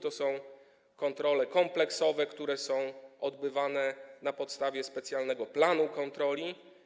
To są kontrole kompleksowe, które są przeprowadzane na podstawie specjalnego planu kontroli.